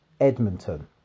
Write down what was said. Edmonton